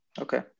Okay